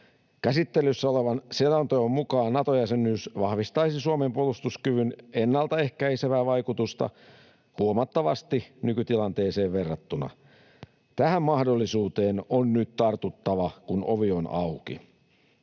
Käsittelyssä olevan selonteon mukaan Nato-jäsenyys vahvistaisi Suomen puolustuskyvyn ennaltaehkäisevää vaikutusta huomattavasti nykytilanteeseen verrattuna. Tähän mahdollisuuteen on nyt tartuttava, kun ovi on auki.